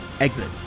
exit